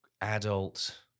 adult